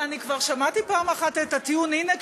אני כבר שמעתי פעם אחת את הטיעון: הנה,